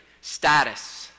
status